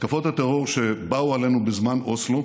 התקפות הטרור שבאו עלינו בזמן אוסלו,